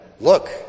look